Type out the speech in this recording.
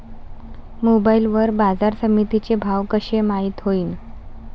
Mobile वर बाजारसमिती चे भाव कशे माईत होईन?